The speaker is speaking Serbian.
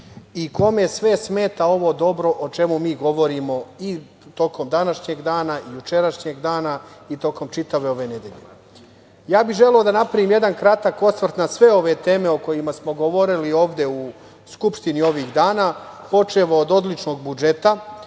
i kome sve smeta ovo dobro o čemu mi govorimo i tokom današnjeg dana i jučerašnjeg dana i tokom čitave ove nedelje. Želeo bih da napravim jedna kratak osvrt na sve ove teme o kojima smo govorili ovde u Skupštini ovih dana, počev od odličnog budžeta,